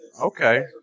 Okay